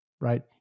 right